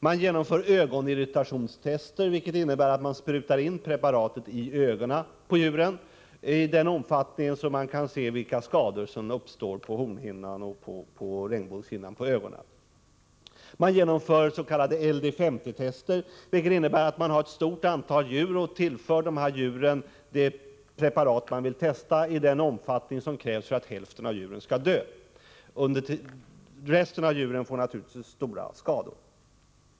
Man genomför ögonirritationstester, vilket innebär att man sprutar in preparatet i ögonen på djuren, i den omfattningen att man kan se vilka skador som uppstår på hornhinnan och på regnbågshinnan. Man genomför s.k. LDS50-tester, vilket innebär att man har ett stort antal djur och tillför dem det preparat man vill testa, i den omfattning som krävs för att hälften av djuren skall dö. Resten av djuren får naturligtvis stora skador.